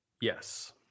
yes